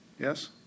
Yes